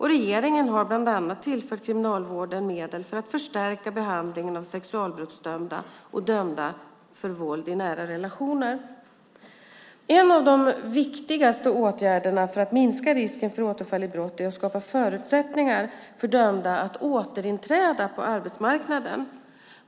Regeringen har bland annat tillfört Kriminalvården medel för att förstärka behandlingen av sexualbrottsdömda och dömda för våld i nära relationer. En av de viktigaste åtgärderna för att minska risken för återfall i brott är att skapa förutsättningar för dömda att återinträda på arbetsmarknaden.